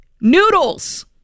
Noodles